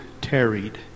tarried